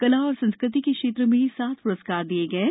कला और संस्कृति के क्षेत्र में सात प्रस्कार दिये गये हैं